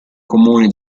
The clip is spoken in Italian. comuni